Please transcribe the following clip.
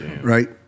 right